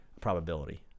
probability